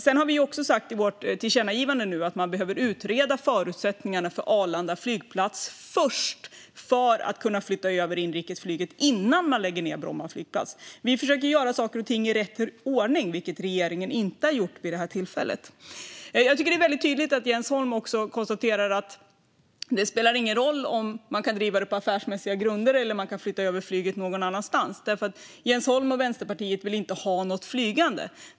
Vi har sagt i vårt förslag till tillkännagivande att man först behöver utreda förutsättningarna för Arlanda flygplats för att kunna flytta över inrikesflyget, innan man lägger ned Bromma flygplats. Vi försöker göra saker och ting i rätt ordning, vilket regeringen inte har gjort vid detta tillfälle. Jag tycker att det är väldigt tydligt att Jens Holm konstaterar att det inte spelar någon roll om man kan bedriva flyget på affärsmässiga grunder eller om man kan flytta över det någon annanstans, för Jens Holm och Vänsterpartiet vill inte ha något flygande.